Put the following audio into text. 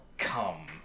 Come